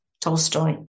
Tolstoy